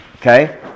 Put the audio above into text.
Okay